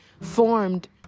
formed